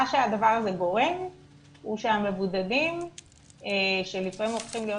מה שהדבר הזה גורם הוא שהמבודדים שלפעמים הופכים להיות